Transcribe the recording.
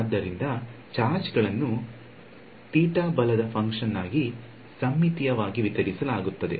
ಆದ್ದರಿಂದ ಚಾರ್ಜ್ ಗಳನ್ನು ಥೀಟಾ ಬಲದ ಫಂಕ್ಷನ್ ಆಗಿ ಸಮ್ಮಿತೀಯವಾಗಿ ವಿತರಿಸಲಾಗುತ್ತದೆ